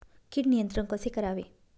कीड नियंत्रण कसे करावे?